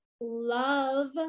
love